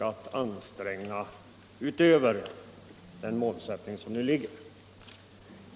att anstränga utbyggnadsprogrammet utöver den fastlagda målsättningen.